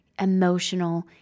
Emotional